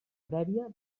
prèvia